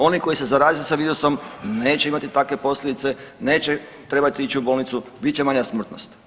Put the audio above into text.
Oni koji se zaraze sa virusom, neće imati takve posljedice, neće trebati ići u bolnicu, bit će manja smrtnost.